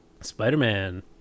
Spider-Man